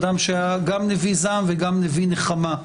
אדם שהיה גם נביא זעם וגם נביא נחמה.